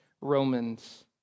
Romans